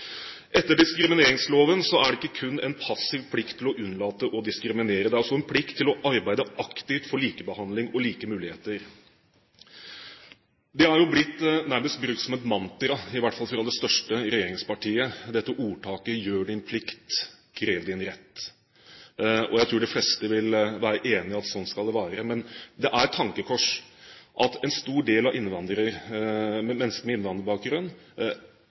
Etter diskrimineringsloven er det ikke kun en passiv plikt til å unnlate å diskriminere. Det er også en plikt til å arbeide aktivt for likebehandling og like muligheter. Det har nærmest blitt brukt som et mantra, i hvert fall fra det største regjeringspartiet, dette ordtaket «Gjør din plikt, krev din rett». Jeg tror de fleste vil være enig i at sånn skal det være. Men det er et tankekors at en stor del av mennesker med innvandrerbakgrunn